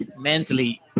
mentally